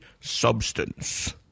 substance